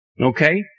Okay